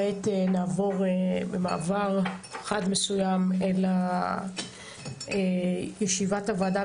כעת נעבור במעבר חד מסוים אל ישיבת הוועדה,